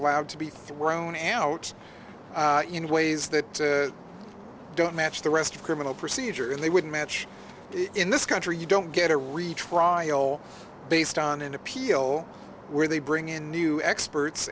allowed to be thrown out in ways that don't match the rest of criminal procedure and they would match in this country you don't get a retrial based on an appeal where they bring in new experts